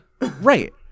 Right